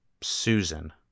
Susan